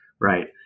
Right